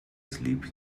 slip